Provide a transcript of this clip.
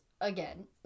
again